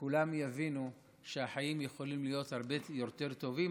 וכולם יבינו שהחיים יכולים להיות הרבה יותר טובים,